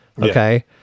Okay